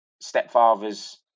stepfather's